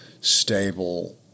stable